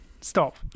Stop